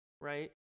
Right